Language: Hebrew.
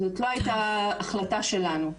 זאת לא הייתה החלטה שלנו.